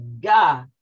God